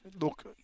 look